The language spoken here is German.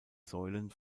säulen